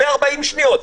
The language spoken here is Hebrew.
לדבר 40 שניות.